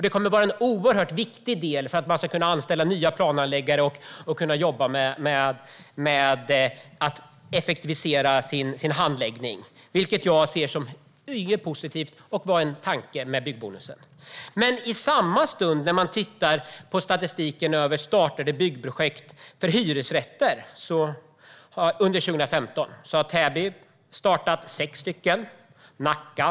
Det kommer att vara en oerhört viktig del för att man ska kunna anställa nya planhandläggare och kunna jobba med att effektivisera sin handläggning, vilket jag ser som positivt och var en tanke med byggbonusen. Men tittar man på statistiken över startade byggprojekt för hyresrätter under 2015 framträder en annan bild.